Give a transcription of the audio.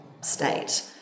state